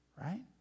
right